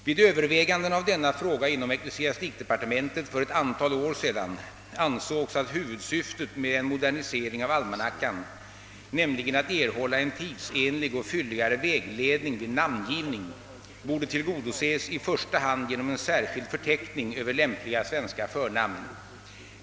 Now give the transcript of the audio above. Vid övervägandena av denna fråga inom ecklesiastikdepartementet för ett antal år sedan ansågs att huvudsyftet med en modernisering av almanackan, nämligen att erhålla en tidsenlig och fylligare vägledning vid namngivning, borde tillgodoses i första hand genom en särskild förteckning över lämpliga svenska förnamn.